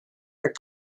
her